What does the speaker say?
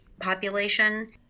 population